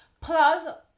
plus